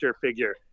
figure